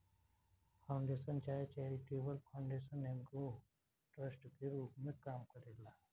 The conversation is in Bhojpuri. फाउंडेशन चाहे चैरिटेबल फाउंडेशन एगो ट्रस्ट के रूप में काम करेला